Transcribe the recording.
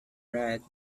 red